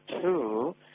two